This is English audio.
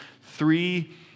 three